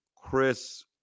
Chris